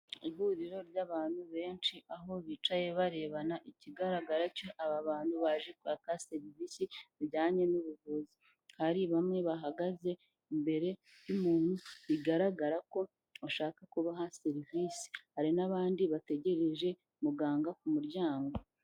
Ihuriro ry'abantu benshi, aho bicaye barebana ikigaragara cyo aba bantu baje kwaka serivisi zijyanye n'ubuvuzi, hari bamwe bahagaze imbere y'umuntu bigaragara ko ashaka kubaha serivisi, hari n'abandi bategereje muganga ku muryango.